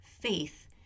faith